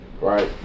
right